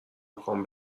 میخوام